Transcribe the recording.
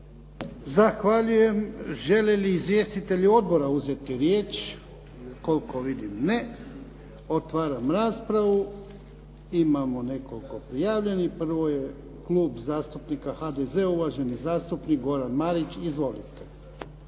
Zahvaljujem. Žele li izvjestitelji odbora uzeti riječ? Koliko vidim ne. Otvaram raspravu. Imamo nekoliko prijavljenih. Prvo je klub zastupnika HDZ-a, uvaženi zastupnik Goran Marić. Izvolite.